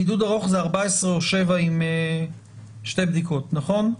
בידוד ארוך זה 14 או שבעה עם שתי בדיקות, נכון?